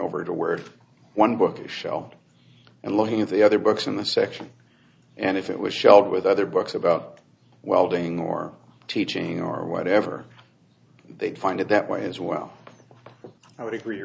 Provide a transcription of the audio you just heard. over to word one book you show and looking at the other books in the section and if it was shelved with other books about welding or teaching or whatever they'd find it that way as well i would agree